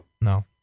No